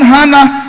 Hannah